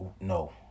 no